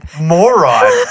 Moron